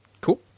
cool